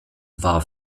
war